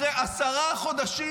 אחרי עשרה חודשים,